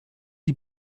die